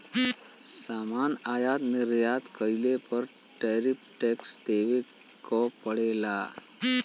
सामान आयात निर्यात कइले पर टैरिफ टैक्स देवे क पड़ेला